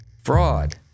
Fraud